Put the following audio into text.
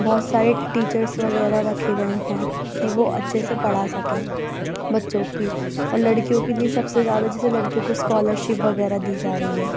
بہت سارے ٹیچرس وغیرہ رکھے گئے ہیں کہ وہ اچھے سے پڑھا سکیں بچوں کی اور لڑکیوں کے لیے سب سے زیادہ جیسے لڑکیوں کو اسکالر شپ وغیرہ دی جارہی ہے